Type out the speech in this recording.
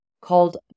called